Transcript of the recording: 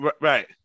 Right